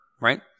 right